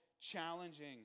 challenging